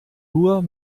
nur